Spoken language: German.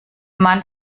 mann